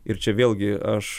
ir čia vėlgi aš